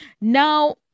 Now